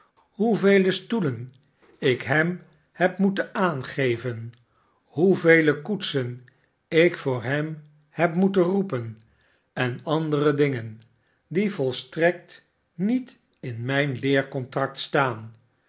shoevele stoelen ik hem heb moeten aangeven hoevele koetsen ik voor hem heb moeten roepen en andere dingen die volstrekt niet in mijn leercontract staan